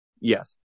Yes